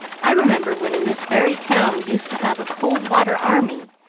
i remember when in this very town we used to have a cold water army,